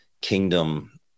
kingdom